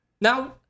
Now